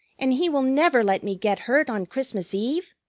and he will never let me get hurt on christmas eve?